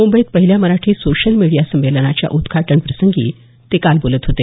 मुंबईत पहिल्या Marathi social media संमेलनाच्या उद्घाटनप्रसंगी काल ते बोलत होते